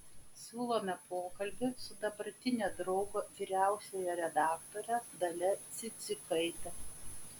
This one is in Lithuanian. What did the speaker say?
siūlome pokalbį su dabartine draugo vyriausiąja redaktore dalia cidzikaite